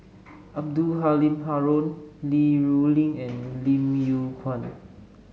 Abdul Halim Haron Li Rulin and Lim Yew Kuan